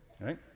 right